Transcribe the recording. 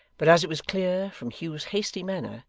but as it was clear, from hugh's hasty manner,